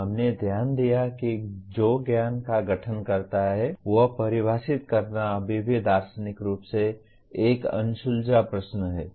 हमने ध्यान दिया कि जो ज्ञान का गठन करता है वह परिभाषित करना अभी भी दार्शनिक रूप से एक अनसुलझा प्रश्न है